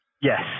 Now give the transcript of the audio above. Yes